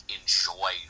enjoy